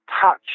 touch